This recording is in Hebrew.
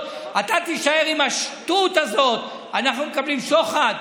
ואתה תישאר עם השטות הזאת שאנחנו מקבלים שוחד?